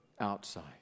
outside